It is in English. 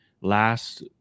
last